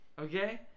Okay